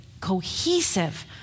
cohesive